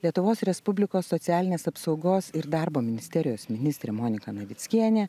lietuvos respublikos socialinės apsaugos ir darbo ministerijos ministrė monika navickienė